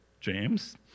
James